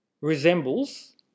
resembles